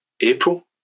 April